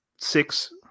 six